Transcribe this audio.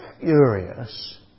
furious